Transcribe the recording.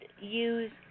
use